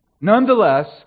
Nonetheless